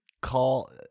call